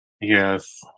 Yes